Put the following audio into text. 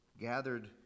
gathered